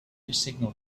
signal